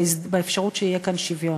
באפשרות שיהיה כאן שוויון.